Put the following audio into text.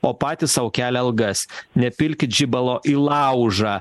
o patys sau kelia algas nepilkit žibalo į laužą